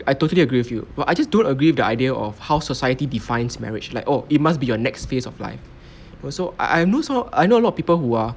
I totally agree with you but I just don't agree with the idea of how society defines marriage like oh it must be your next phase of life also I am know so I know a lot of people who are